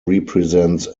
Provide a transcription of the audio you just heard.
represents